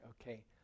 Okay